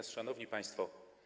Szanowni Państwo!